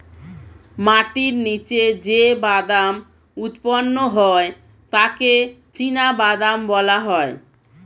মাটির নিচে যে বাদাম উৎপন্ন হয় তাকে চিনাবাদাম বলা হয়